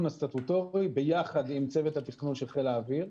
הסטטוטורי ביחד עם צוות התכנון של חיל האוויר.